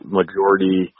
majority